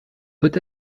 peut